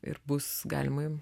ir bus galima